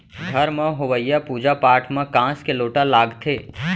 घर म होवइया पूजा पाठ म कांस के लोटा लागथे